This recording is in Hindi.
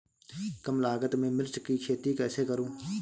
कम लागत में मिर्च की खेती कैसे करूँ?